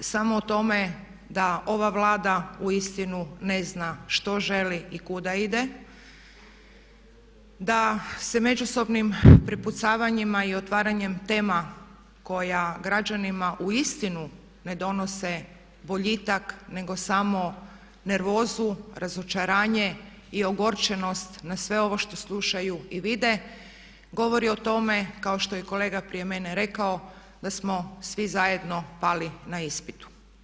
samo o tome da ova Vlada uistinu ne zna što želi i kuda ide, da se međusobnim prepucavanjima i otvaranjem tema koje građanima uistinu ne donose boljitak nego samo nervozu, razočaranje i ogorčenost na sve ovo što slušaju i vide govori o tome kao što je i kolega prije mene rekao da smo svi zajedno pali na ispitu.